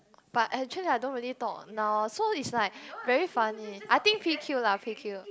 but actually I don't really talk now so it's like very funny I think P_Q lah P_Q